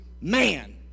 man